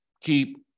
keep